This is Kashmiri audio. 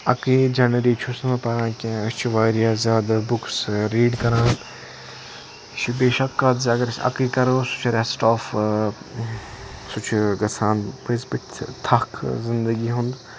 اَکٕے جَنَرے چھُس نہٕ بہٕ پَران کینٛہہ أسۍ چھِ واریاہ زیادٕ بُکٕس ریٖڈ کَران بیٚیہِ چھِ اکھ کَتھ زِ اگرأسۍ اکٕے کَرو سُہ چھِ ریٚسٹ آف سُہ چھُ گَژھان پٔزۍ پٲٹھۍ تھکھ زِنٛدگی ہُنٛد